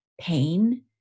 pain